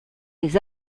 des